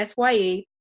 sye